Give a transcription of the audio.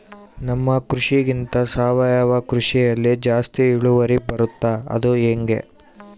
ನಮ್ಮ ಕೃಷಿಗಿಂತ ಸಾವಯವ ಕೃಷಿಯಲ್ಲಿ ಜಾಸ್ತಿ ಇಳುವರಿ ಬರುತ್ತಾ ಅದು ಹೆಂಗೆ?